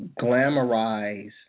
glamorize